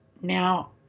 Now